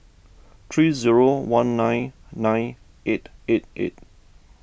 three zero one nine nine eight eight eight